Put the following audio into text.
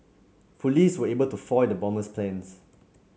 police were able to foil the bombers plans